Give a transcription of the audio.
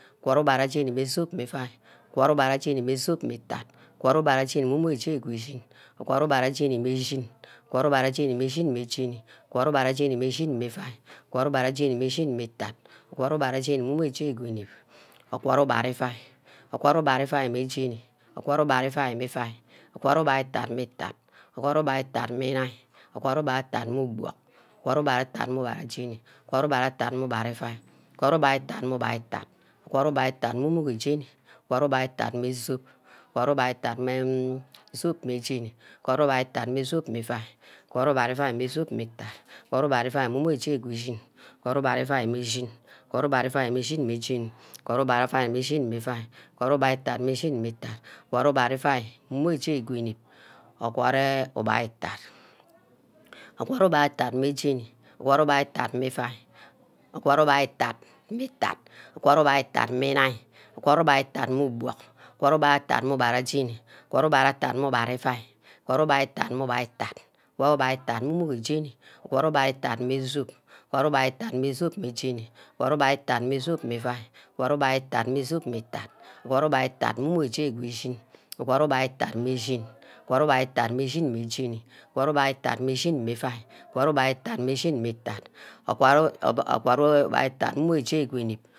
Ogwod ubara jeni mmeh zup meh iuai, ogwod ubara jeni meh zup meh itat, ogwod ubara jeni meh umugo jeni ge shin, ogwod ubara jeni meh umogo jeni ge shin, ogwod ubara jeni, meh shin, ogwod ubara jeni mmeh shin meh jeni, ogwod ubara jeni mmeh shin meh iuai, ogwod ubara jeni meh shin mmeh itat, ogwod ubara ubara iuai, ogwod ubara iuai mmeh iuai, ogwod ubara itat meh itat, ogwod ubara itat meh inine, ogwod ubara itat meh ubuck, ogwod ubara utat meh ubara jeni, ogwod ubara itat mmeh ubara itat, ogwad ubara itat meh zup ogwad ubara itat meh zup meh iuai, ogwod ubara iuai meh zup meh itat, ogwod ubara iuai meh umogo jeni ge shin, ogwod ubara iuai meh shin, ogwad ubara iuai meh shin meh jeni, ogwad ubara iuai meh shin meh iuai, ogwad ubara itat meh shin meh itat, ogwod ubara iuai mmeh he ge unip, ogwod eh ubara itat, ogwod ubara itat meh jenu, ogwod ubara itat meh iuah, ogwod ubara itat meh itat, ogwod ubara itat meh inine, ogwod ubara itat meh ubuck, ogwad ubara itat meh ubara jeni, ogwad ubara itat meh ubara meh ubara iuai, ogwad ubara itat meh umo̱-jeni, ogwad ubara itat meh zup, ogwad ubara itat meh zup mmeh jeni, ugwod ubara itat meh zup mmeh iuai, ogwad ubara itat mmeh zup mmeh itat, ogwod ubara itat mmeh umogo shin ge shini, ogwod ubara itat meh shin, ugud ubara itat meh shin meh jeni, ogwod ubara itat meh shin meh iuai, ogwod ubara itat mmeh umugo shin ge jeni.